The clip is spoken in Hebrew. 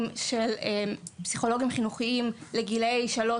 של פסיכולוגים חינוכיים לגילאי 18-3,